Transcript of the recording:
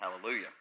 Hallelujah